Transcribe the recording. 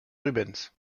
rubens